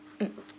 mm